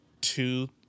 two